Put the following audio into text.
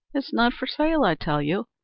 it's not for sale, i tell you.